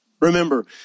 Remember